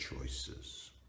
choices